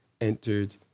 entered